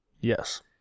Yes